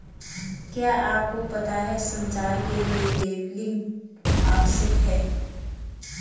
क्या आपको पता है संचार के लिए लेबलिंग आवश्यक है?